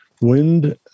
Wind